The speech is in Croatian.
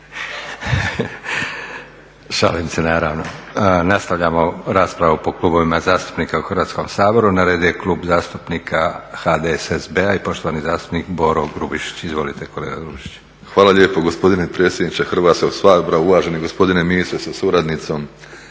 Hvala lijepo gospodine predsjedniče Hrvatskog sabora, uvaženi gospodine ministre sa suradnicom.